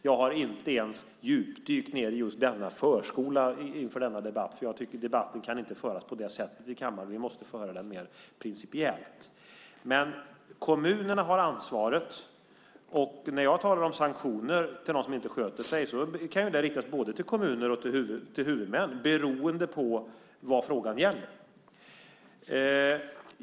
Jag har inte ens djupdykt ned i just denna förskola inför debatten, för jag tycker att debatten inte kan föras på det sättet i kammaren, vi måste föra den mer principiellt. Kommunerna har ansvaret. När jag talar om sanktioner för dem som inte sköter sig kan de riktas både mot kommuner och mot huvudmän beroende på vad frågan gäller.